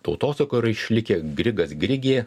tautosakoj yra išlikę grigas grigė